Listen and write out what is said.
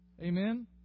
Amen